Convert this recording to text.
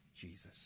Jesus